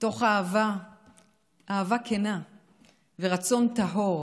מתוך אהבה כנה ורצון טהור